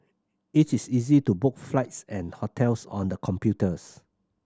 it is easy to book flights and hotels on the computers